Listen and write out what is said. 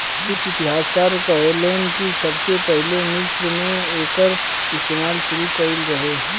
कुछ इतिहासकार कहेलेन कि सबसे पहिले मिस्र मे एकर इस्तमाल शुरू भईल रहे